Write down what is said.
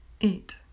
eight